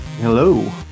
Hello